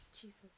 Jesus